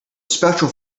special